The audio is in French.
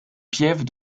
piève